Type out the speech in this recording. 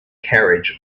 carriage